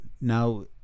now